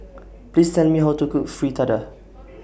Please Tell Me How to Cook Fritada